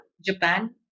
Japan